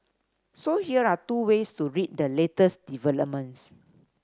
so here are two ways to read the latest developments